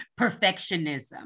perfectionism